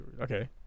okay